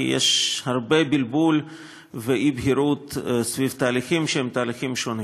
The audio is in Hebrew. כי יש הרבה בלבול ואי-בהירות סביב תהליכים שהם תהליכים שונים.